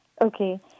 Okay